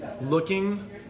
Looking